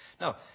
Now